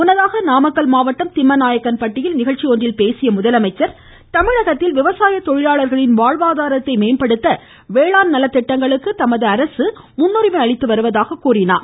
முன்னதாக நாமக்கல் மாவட்டம் திம்மநாயக்கன்பட்டியில் நிகழ்ச்சி ஒன்றில் பேசிய அவர் தமிழகத்தில் விவசாய தொழிலாளர்களின் வாழ்வாதாரத்தை மேம்படுத்த வேளாண் நலத்திட்டங்களுக்கு தமது அரசு முன்னுரிமை அளித்து அவருவதாக குறிப்பிட்டார்